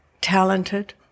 talented